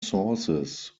sources